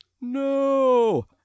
No